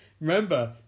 Remember